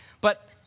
But-